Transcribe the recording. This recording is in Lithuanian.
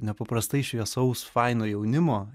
nepaprastai šviesaus faino jaunimo